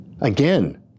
Again